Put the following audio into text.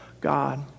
God